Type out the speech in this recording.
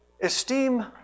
esteem